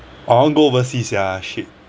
I want go overseas sia shit